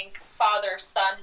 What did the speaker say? father-son